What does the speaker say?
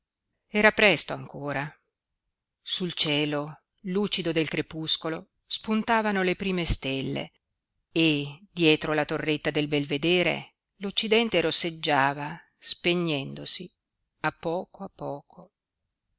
era presto ancora sul cielo lucido del crepuscolo spuntavano le prime stelle e dietro la torretta del belvedere l'occidente rosseggiava spegnendosi a poco a poco